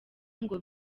ngo